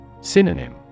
Synonym